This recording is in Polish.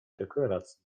deklaracji